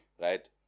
right